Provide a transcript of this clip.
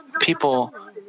People